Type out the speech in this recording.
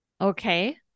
Okay